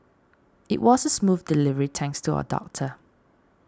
it was a smooth delivery thanks to our doctor